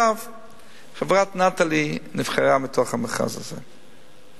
חברת "נטלי" נבחרה במכרז הזה,